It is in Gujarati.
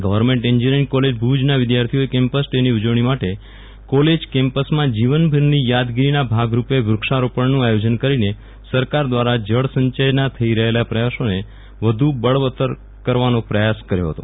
ગવર્નમેન્ટ એન્જીનરીંગ કોલેજ ભુજના વિદ્યાર્થીઓએ કેમ્પસ ડેની ઉજવણી માટે કોલેજ કેમ્પસમાં જીવનભરની યાદગીરીના ભાગરૂપે વૃક્ષારોપણનું આયોજન કરીને સરકાર દ્વારા જળસંચયના થઇ રહેલા પ્રયાસોને વધુ બળવત્તર કરવાનો પ્રયાસ કર્યો હતો